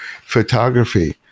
photography